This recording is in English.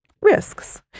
risks